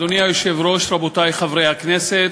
אדוני היושב-ראש, רבותי חברי הכנסת,